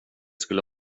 skulle